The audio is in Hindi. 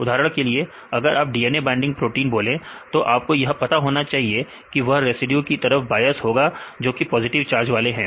उदाहरण के लिए अगर आप DNAबाइंडिंग प्रोटीन बोले तो आपको यह पता होना चाहिए की वहरिड्यूस की तरफ बायस होगा जोकि पॉजिटिव चार्ज वाले हैं